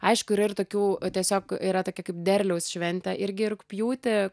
aišku yra ir tokių tiesiog yra tokia kaip derliaus šventė irgi rugpjūtį